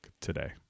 today